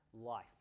life